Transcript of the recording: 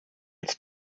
als